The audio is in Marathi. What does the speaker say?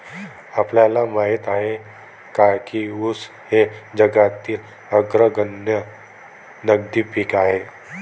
आपल्याला माहित आहे काय की ऊस हे जगातील अग्रगण्य नगदी पीक आहे?